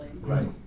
right